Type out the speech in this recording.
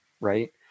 Right